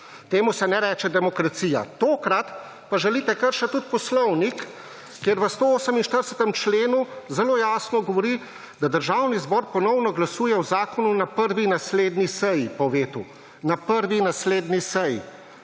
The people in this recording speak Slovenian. Temu se ne reče demokracija. Tokrat pa želite kršiti tudi poslovnik, ki v 148. členu zelo jasno govori, da Državni zbor ponovno glasuje o zakonu na prvi naslednji seji po vetu. Na prvi naslednji seji!